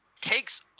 takes